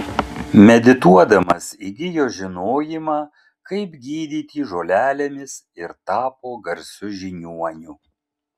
medituodamas įgijo žinojimą kaip gydyti žolelėmis ir tapo garsiu žiniuoniu